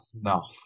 no